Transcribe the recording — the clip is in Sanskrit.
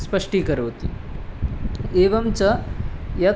स्पष्टीकरोति एवं च यत्